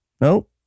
nope